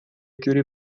جوری